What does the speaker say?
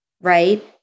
Right